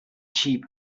cheap